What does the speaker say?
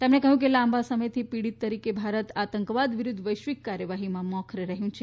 તેમણે કહ્યું કે લાંબા સમયથી પીડિત તરીકે ભારત આતંકવાદ વિરુદ્ધ વૈશ્વિક કાર્યવાહીમાં મોખરે રહ્યું છે